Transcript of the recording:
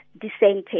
dissenting